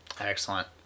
excellent